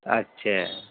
اچھا